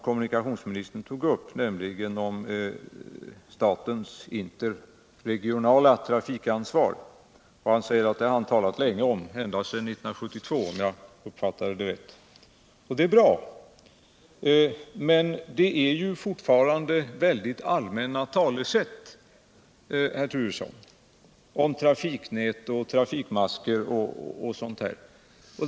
Kommunikationsministern tog också upp frågan om statens interregionala trafikansvar. Han säger att han talat om detta ända sedan 1972. Det är bra. Men det är fortfarande mycket allmänna talesätt, Bo Turesson. Det gäller trafiknät och trafikmaskor.